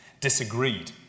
disagreed